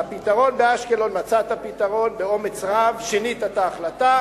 לבעיה באשקלון מצאת פתרון באומץ רב: שינית את ההחלטה